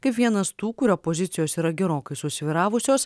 kaip vienas tų kurio pozicijos yra gerokai susvyravusios